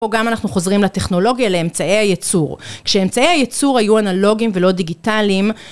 פה גם אנחנו חוזרים לטכנולוגיה, לאמצעי הייצור. כשאמצעי הייצור היו אנלוגיים ולא דיגיטליים,